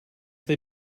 they